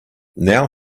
now